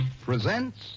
presents